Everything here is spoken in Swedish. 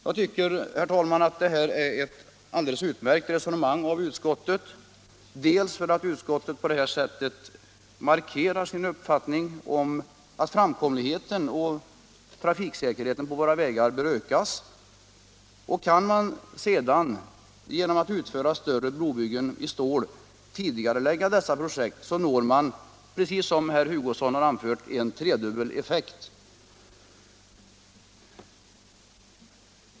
Jag tycker, herr talman, att det här är ett alldeles utmärkt resonemang av utskottet, bl.a. därför att utskottet på det här sättet markerar sin uppfattning att framkomligheten och trafiksäkerheten på våra vägar bör ökas. Kan man sedan genom att utföra större brobyggen i stål tidigarelägga dessa projekt, når man, precis som herr Hugosson anfört, en tredubbel effekt.